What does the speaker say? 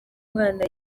mwana